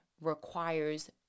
requires